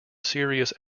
serious